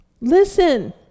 Listen